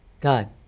God